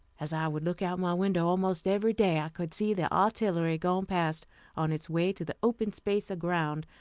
as i would look out my window almost every day, i could see the artillery going past on its way to the open space of ground,